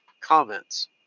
comments